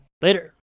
Later